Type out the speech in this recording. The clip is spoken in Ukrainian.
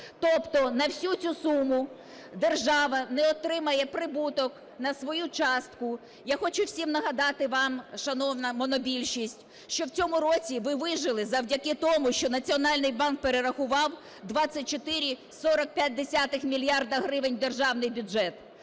Тобто на всю цю суму держава не отримає прибуток на свою частку. Я хочу всім нагадати вам, шановна монобільшість, що в цьому році ви вижили завдяки тому, що Національний банк перерахував 24,45 мільярда гривень в державний бюджет.